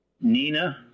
Nina